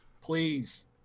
Please